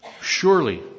Surely